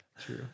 True